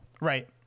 Right